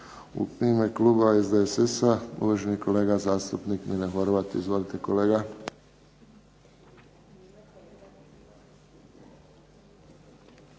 U ime kluba SDSS-a uvaženi kolega zastupnik Mile Horvat. Izvolite kolege.